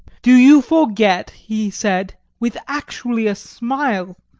do you forget, he said, with actually a smile,